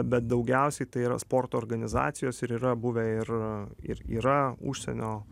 bet daugiausiai tai yra sporto organizacijos ir yra buvę ir ir yra užsienio